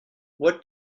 what